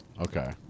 Okay